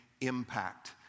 impact